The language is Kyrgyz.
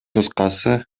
нускасы